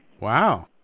Wow